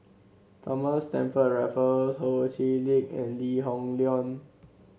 Thomas Stamford Raffles Ho Chee Lick and Lee Hoon Leong